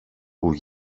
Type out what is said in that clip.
που